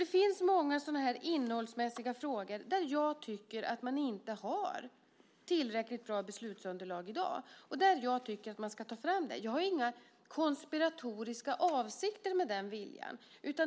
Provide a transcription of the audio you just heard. Det finns alltså många innehållsmässiga frågor där jag inte tycker att vi i dag har ett tillräckligt bra beslutsunderlag utan anser att mer uppgifter behöver tas fram. Jag har inga konspiratoriska avsikter med det.